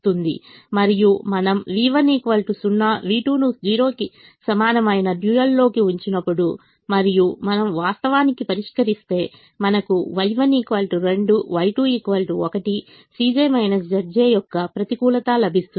మరియు మనం v1 0 v2 ను 0 కి సమానమైన డ్యూయల్ లోకి ఉంచినప్పుడు మరియు మనం వాస్తవానికి పరిష్కరిస్తే మనకు Y1 2 Y2 1 యొక్క ప్రతికూలత లభిస్తుంది